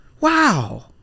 wow